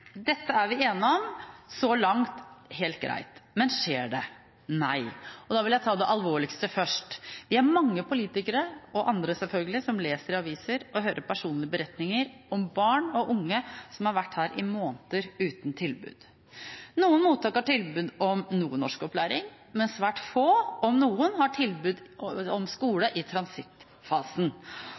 Dette er vi enige om – så langt helt greit. Men skjer det? Nei. Da vil jeg ta det alvorligste først. Vi er mange politikere, og andre, selvfølgelig, som leser i aviser og hører personlige beretninger om barn og unge som har vært her i måneder uten tilbud. Noen mottak har tilbud om noe norskopplæring, men svært få – om noen – har tilbud om skole i transittfasen.